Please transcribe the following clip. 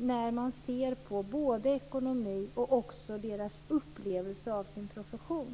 när man ser på både ekonomin och polisernas upplevelse av sin profession?